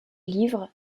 livres